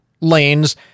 lanes